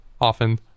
often